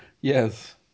Yes